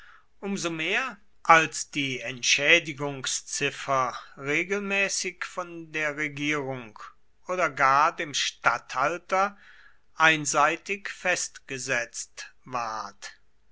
so mehr als die entschädigungsziffer regelmäßig von der regierung oder gar dem statthalter einseitig festgesetzt ward